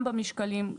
גם במשקלים,